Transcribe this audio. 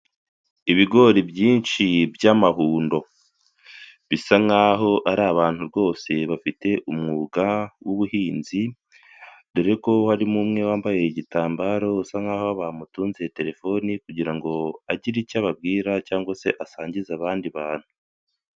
Ibigori byinshi by'amahundo bisa nk'aho ari abantu rwose bafite umwuga w'ubuhinzi dore ko harimo umwe wambaye igitambaro usa nk'aho bamutunze terefone kugira ngo agire icyo ababwira cyangwa se asangize abandi bantu.